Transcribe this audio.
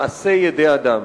מעשה ידי אדם,